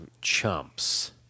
chumps